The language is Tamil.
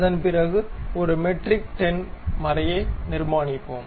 அதன் பிறகு ஒரு மெட்ரிக் 10 மறையை நிர்மாணிப்போம்